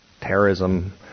terrorism